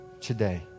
today